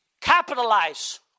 capitalize